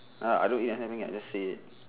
uh I don't eat nasi ayam penyet I just say it